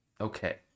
Okay